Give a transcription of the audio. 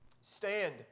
Stand